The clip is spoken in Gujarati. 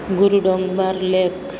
ગુરુડોન્ગમાર લેક